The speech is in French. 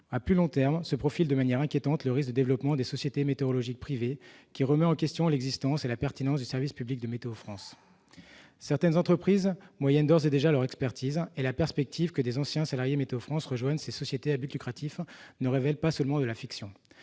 À plus long terme, se profile de manière inquiétante le risque d'un développement de sociétés météorologiques privées qui remettrait en question l'existence et la pertinence du service public de Météo France. Certaines entreprises monnaient déjà leur expertise, et la perspective que d'anciens salariés de Météo France rejoignent ces sociétés à but lucratif ne relève pas seulement de la fiction